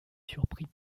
surpris